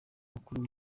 mukuru